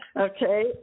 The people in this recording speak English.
Okay